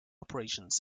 operations